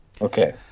Okay